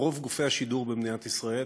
ברוב גופי השידור במדינת ישראל,